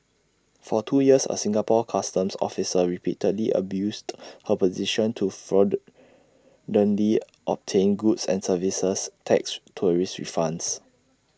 for two years A Singapore Customs officer repeatedly abused her position to fraudulently obtain goods and services tax tourist refunds